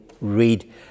read